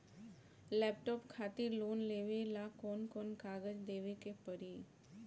Laptop खातिर loan लेवे ला कौन कौन कागज देवे के पड़ी?